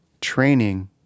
training